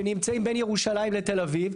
שנמצאים בין ירושלים לתל אביב.